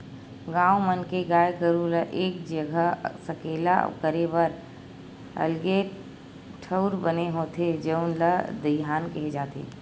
गाँव मन के गाय गरू ल एक जघा सकेला करे बर अलगे ठउर बने होथे जउन ल दईहान केहे जाथे